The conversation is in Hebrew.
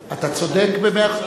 אתה צודק במאה אחוז.